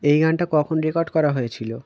এই গানটা কখন রেকর্ড করা হয়েছিল